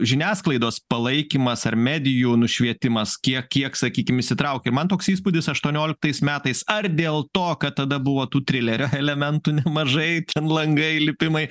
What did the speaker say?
žiniasklaidos palaikymas ar medijų nušvietimas kiek kiek sakykim įsitraukė man toks įspūdis aštuonioliktais metais ar dėl to kad tada buvo tų trilerio elementų nemažai langai lipimai